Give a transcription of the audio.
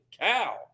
cow